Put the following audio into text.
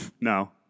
No